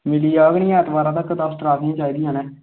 मिली जाह्ग नी ऐतवारै तगर ट्रॉफियां चाही दियां